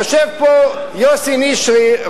יושב פה יוסי נשרי,